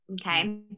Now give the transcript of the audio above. okay